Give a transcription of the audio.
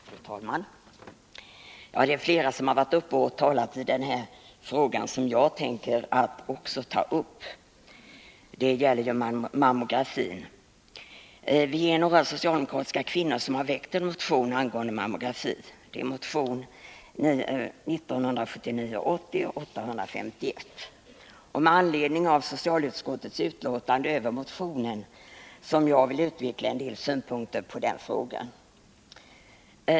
Fru talman! Det är flera som har talat i den fråga som också jag tänker ta upp —- det gäller mammografi. Vi är några socialdemokratiska kvinnor som har väckt en motion, 1979/80:851, angående mammografi. Det är med anledning av socialutskottets utlåtande över motionen som jag vill utveckla en del synpunkter på frågan.